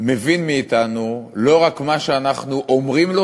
מבין מאתנו לא רק מה שאנחנו אומרים לו,